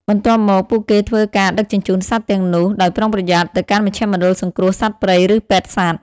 បន្ទាប់មក ពួកគេធ្វើការដឹកជញ្ជូនសត្វទាំងនោះដោយប្រុងប្រយ័ត្នទៅកាន់មជ្ឈមណ្ឌលសង្គ្រោះសត្វព្រៃ ឬពេទ្យសត្វ។